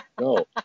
No